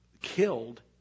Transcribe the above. killed